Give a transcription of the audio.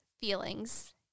feelings